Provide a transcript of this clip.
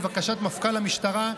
לבקשת מפכ"ל המשטרה,